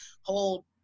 hold